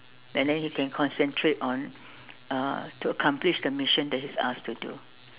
and then he can concentrate on uh to accomplish the mission that he is asked to do